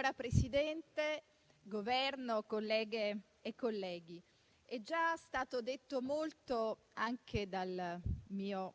rappresentanti del Governo, colleghe e colleghi, è già stato detto molto dal mio